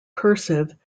cursive